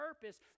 purpose